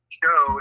show